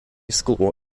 school